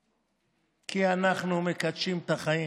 כי אנחנו מקדשים את החיים.